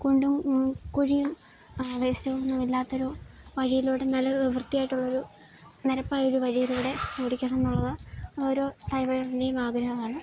കുണ്ടും കുഴിയും വേസ്റ്റൊന്നും ഇല്ലാത്ത ഒരു വഴിയിലൂടെ നല്ല വൃത്തിയായിട്ടുള്ള ഒരു നിരപ്പായ ഒരു വഴിയിലൂടെ ഓടിക്കണം എന്നുള്ളത് ഓരോ ഡ്രൈവറിൻ്റെയും ആഗ്രഹമാണ്